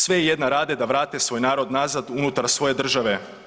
Sve jedna rade da vrate svoj narod nazad unutar svoje države.